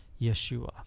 Yeshua